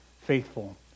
faithful